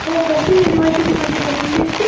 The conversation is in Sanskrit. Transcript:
ओ कस्मिन् युनिवर्सिटि मध्ये पठन्ति अस्ति